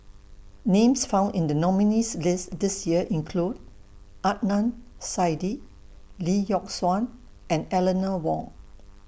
Names found in The nominees' list This Year include Adnan Saidi Lee Yock Suan and Eleanor Wong